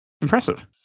Impressive